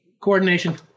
Coordination